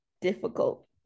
difficult